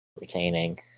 retaining